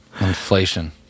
inflation